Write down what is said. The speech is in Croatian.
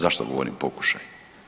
Zašto govorim pokušaj?